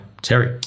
Terry